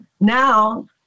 now